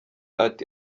ati